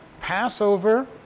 Passover